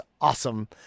awesome